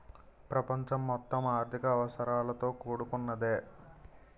ప్రపంచం మొత్తం ఆర్థిక అవసరాలతో కూడుకున్నదే